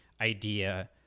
idea